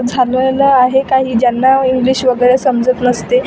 झालेलं आहे काही ज्यांना इंग्लिश वगैरे समजत नसते